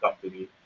company